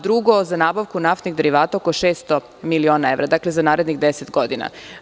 Drugo, za nabavku naftnih derivata je potrebno 600 miliona evra za narednih 10 godina.